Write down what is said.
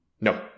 no